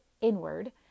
inward